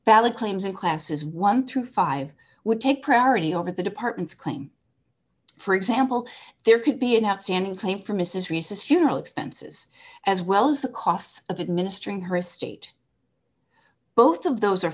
valid claims in classes one through five would take priority over the department's claim for example there could be an outstanding claim for mrs reese's funeral expenses as well as the costs of administering her estate both of those are